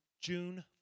June